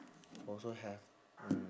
also have